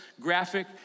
graphic